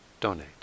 donate